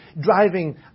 driving